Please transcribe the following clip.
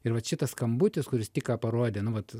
ir vat šitas skambutis kuris tik ką parodė nu vat